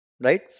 Right